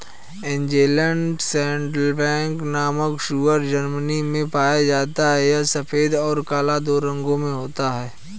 Angeln saddleback नामक सूअर Germany में पाया जाता है यह सफेद और काला दो रंगों में होता है